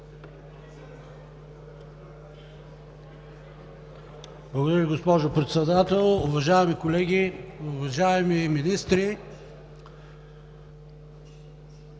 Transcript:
Благодаря Ви, госпожо Председател. Уважаеми колеги, уважаеми министри!